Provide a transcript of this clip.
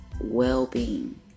well-being